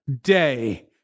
day